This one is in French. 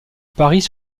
paris